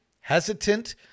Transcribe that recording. hesitant